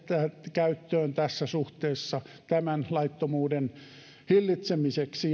käyttöön tässä suhteessa tämän laittomuuden hillitsemiseksi